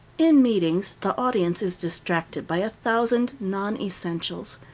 in meetings the audience is distracted by a thousand non-essentials.